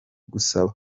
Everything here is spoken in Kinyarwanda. gusaba